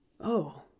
Oh